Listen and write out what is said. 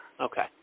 Okay